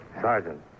Sergeant